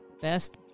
Best